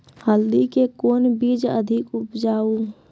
हल्दी के कौन बीज अधिक उपजाऊ?